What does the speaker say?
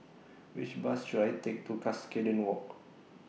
Which Bus should I Take to Cuscaden Walk